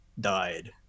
died